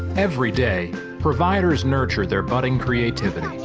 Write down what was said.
every day providers nurture their budding creativity.